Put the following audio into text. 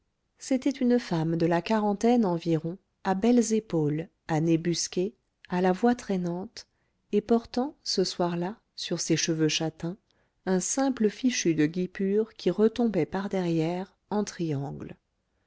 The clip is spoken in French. c'était une femme de la quarantaine environ à belles épaules à nez busqué à la voix traînante et portant ce soir-là sur ses cheveux châtains un simple fichu de guipure qui retombait par derrière en triangle